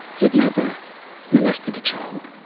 he had never molested a child,